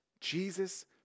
Jesus